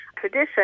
tradition